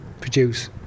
produce